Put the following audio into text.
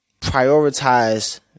prioritize